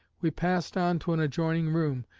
we passed on to an adjoining room,